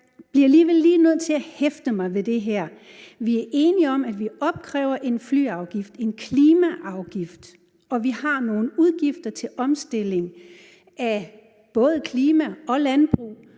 alligevel lige nødt til at hæfte mig ved det her. Vi er enige om, at vi opkræver en flyafgift, en klimaafgift, og vi har nogle udgifter til omstilling af både klima og landbrug.